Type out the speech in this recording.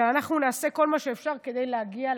ואנחנו נעשה כל מה שאפשר כדי להגיע להסכמות.